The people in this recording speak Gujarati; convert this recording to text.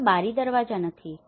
ત્યાં કોઈ બારી કે દરવાજા નથી